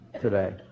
today